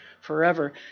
forever